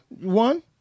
One